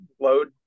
load